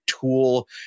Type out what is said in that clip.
tool